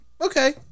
okay